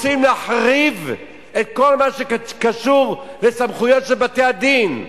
רוצים להחריב את כל הקשור לסמכויות בתי-הדין.